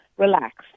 relaxed